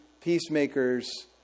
peacemakers